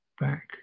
back